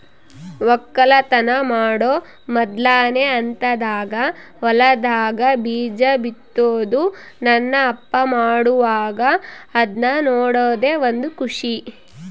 ವಕ್ಕಲತನ ಮಾಡೊ ಮೊದ್ಲನೇ ಹಂತದಾಗ ಹೊಲದಾಗ ಬೀಜ ಬಿತ್ತುದು ನನ್ನ ಅಪ್ಪ ಮಾಡುವಾಗ ಅದ್ನ ನೋಡದೇ ಒಂದು ಖುಷಿ